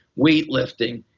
weightlifting.